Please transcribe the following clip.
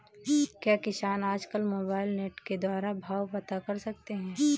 क्या किसान आज कल मोबाइल नेट के द्वारा भाव पता कर सकते हैं?